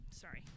sorry